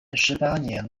十八年